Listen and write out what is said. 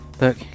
look